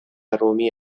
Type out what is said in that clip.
رومی